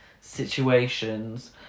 situations